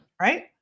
right